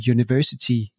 University